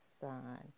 sun